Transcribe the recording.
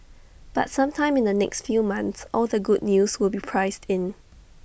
but sometime in the next few months all the good news will be priced in